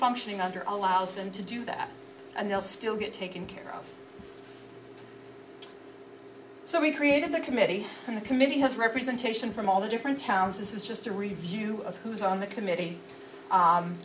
functioning under allows them to do that and they'll still get taken care of so we created a committee and a committee has representation from all the different towns this is just a review of who's on the committee